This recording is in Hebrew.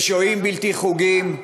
של שוהים בלתי חוקיים,